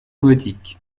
gothique